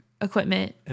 equipment